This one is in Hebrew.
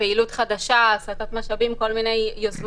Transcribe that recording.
עלו כל מיני דברים